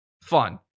fun